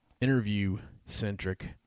interview-centric